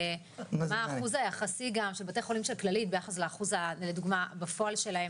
וגם מה האחוז היחסי של בתי החולים של הכללית ביחס לאחוז בפועל שלהם,